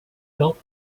felt